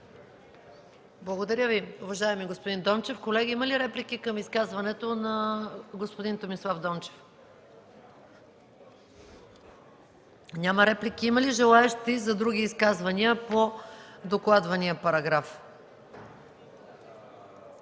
Благодаря Ви, уважаеми господин Дончев. Колеги, има ли реплики към изказването на господин Томислав Дончев? Няма желаещи. Има ли желаещи за други изказвания по докладвания параграф?